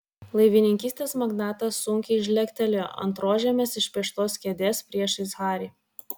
laivininkystės magnatas sunkiai žlegtelėjo ant rožėmis išpieštos kėdės priešais harį